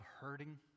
hurting